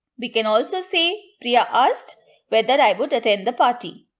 we can also say priya asked whether i would attend the party.